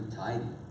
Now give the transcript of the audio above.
tidy